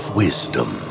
wisdom